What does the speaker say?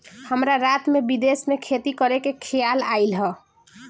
हमरा रात में विदेश में खेती करे के खेआल आइल ह